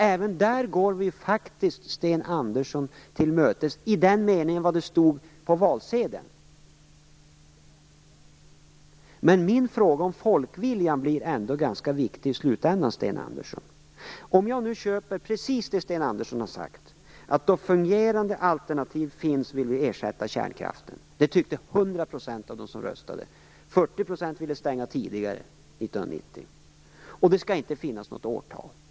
Även när det gäller vad som stod på valsedeln går vi Sten Andersson till mötes. Men min fråga om folkviljan blir ändå ganska viktig i slutändan, Sten Andersson. Jag kan köpa precis det Sten Andersson har sagt, dvs. att vi vill ersätta kärnkraften då fungerande alternativ finns. Det tyckte 100 % av dem som röstade. 40 % ville stänga tidigare - 1990. Det skall inte finnas något årtal.